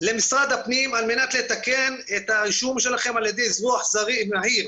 למשרד הפנים על מנת לתקן את הרישום שלכם על ידי אזרוח מהיר.